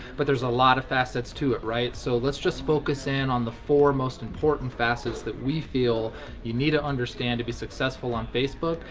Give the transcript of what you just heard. but there's a lot of facets to it, right? so, let's just focus in on the four most important facets that we feel you need to ah understand to be successful on facebook,